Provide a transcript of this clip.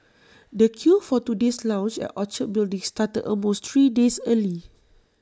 the queue for today's launch at Orchard building started almost three days early